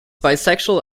bisexual